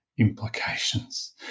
implications